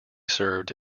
served